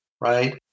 right